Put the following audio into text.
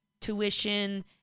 tuition